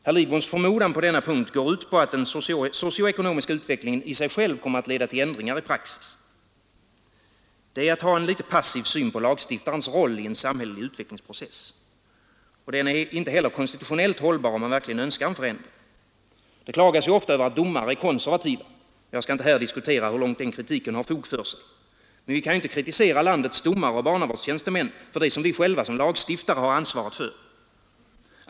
Herr Lidboms förmodan på denna punkt går ut på att den socio-ekonomiska utvecklingen i sig själv kommer att leda till ändringar i praxis. Det är att ha en något passiv syn på lagstiftarens roll i en samhällelig utvecklingsprocess. Och den är inte heller konstitutionellt hållbar, om man verkligen önskar en förändring. Det klagas ofta över att domare är konservativa. Jag skall inte här diskutera hur långt den kritiken har fog för sig. Men vi kan inte kritisera landets domare och barnavårdstjänstemän för det som vi själva som lagstiftare har ansvaret för.